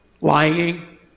lying